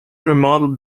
remodeled